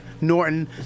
Norton